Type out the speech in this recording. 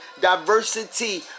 diversity